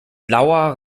blauer